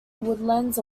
woodlands